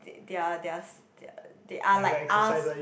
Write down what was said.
they're they're they are like us